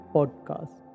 Podcast